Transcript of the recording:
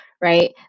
right